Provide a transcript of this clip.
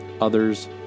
others